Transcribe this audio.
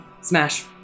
smash